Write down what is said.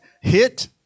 hit